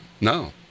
No